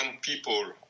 people